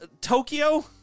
Tokyo